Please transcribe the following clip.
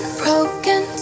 broken